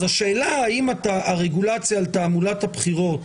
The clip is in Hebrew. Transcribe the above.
אז השאלה האם הרגולציה על תעמולת הבחירות